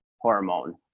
hormone